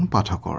but